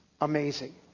amazing